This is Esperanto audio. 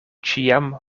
ĉiam